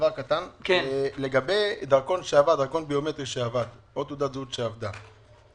לגבי דרכון ביומטרי או תעודת זהות ביומטרית שאבדו.